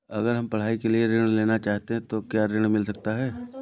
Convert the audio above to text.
अगर हम पढ़ाई के लिए ऋण लेना चाहते हैं तो क्या ऋण मिल सकता है?